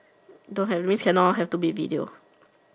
don't have means can not have to be video